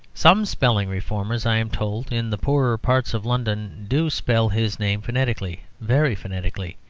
some spelling-reformers, i am told, in the poorer parts of london do spell his name phonetically, very phonetically.